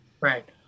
Right